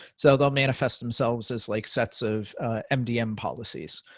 so they'll manifest themselves as like sets of mdm policies.